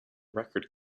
record